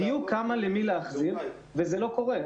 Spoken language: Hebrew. בדיוק כמה למי להחזיר וזה לא קורה,